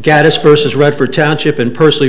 gaddis versus red for township and personally